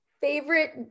Favorite